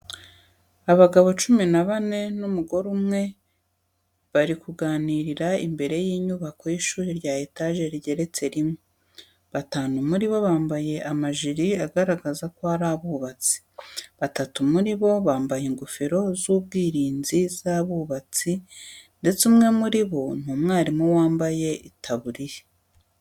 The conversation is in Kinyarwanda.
Abagabo cumi na bane n'umugore umwe bari kuganirira imbere y'inyubako y'ishuri rya etaje rigeretse rimwe, batanu muri bo bambaye amajiri agaragaza ko ari abubatsi, batatu muri bo bambaye ingofero z'ubwirinzi z'abubatsi ndetse umwe muri bo ni umwarimu wambaye itaburiya.